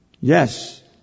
Yes